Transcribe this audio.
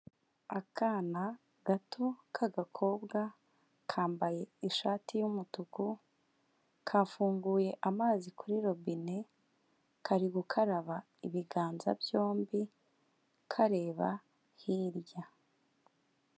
Akana gato k'agakobwa kambaye ishati y'umutuku, kafunguye amazi kuri robine kari gukaraba ibiganza byombi kareba hirya.